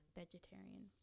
vegetarian